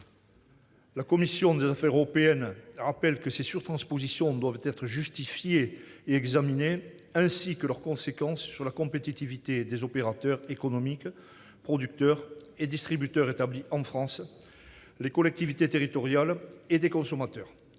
La commission des affaires européennes rappelle que ces surtranspositions doivent être justifiées et examinées, tout comme doivent l'être leurs conséquences sur la compétitivité des opérateurs économiques- producteurs et distributeurs -établis en France, les collectivités territoriales et les consommateurs.